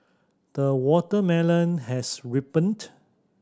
the watermelon has ripened